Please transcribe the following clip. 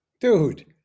dude